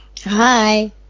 Hi